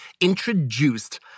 introduced